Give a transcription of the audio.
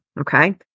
okay